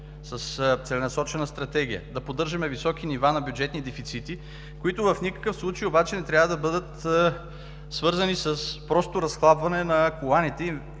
с целенасочена стратегия да поддържаме високи нива на бюджетни дефицити, които в никакъв случай обаче не трябва да бъдат свързани просто с разхлабване на коланите